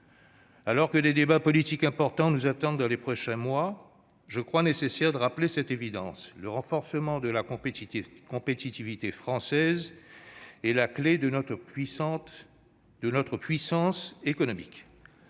Alors que des débats politiques importants nous attendent dans les prochains mois, je crois nécessaire de rappeler cette évidence : le renforcement de la compétitivité française est la clé de notre puissance économique.